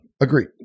Agreed